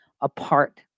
apart